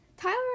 Tyler